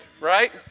right